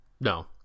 No